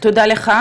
תודה לך.